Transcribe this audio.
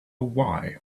why